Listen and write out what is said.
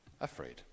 afraid